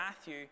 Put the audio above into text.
Matthew